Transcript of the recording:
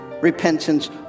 repentance